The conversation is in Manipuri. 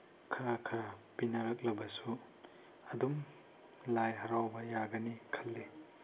ꯈꯔ ꯈꯔ ꯄꯤꯅꯔꯛꯂꯛꯕꯁꯨ ꯑꯗꯨꯝ ꯂꯥꯏ ꯍꯔꯥꯎꯕ ꯌꯥꯒꯅꯤ ꯈꯜꯂꯤ